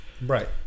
Right